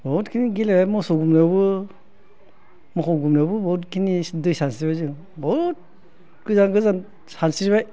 बहुदखौनो गेलेबाय मोसौ गुमनायावबो बहुदखिनि दै सानस्रिबाय जों बहुद गोजान गोजान सानस्रिबाय